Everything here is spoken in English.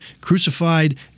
crucified